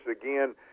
again